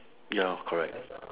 ya correct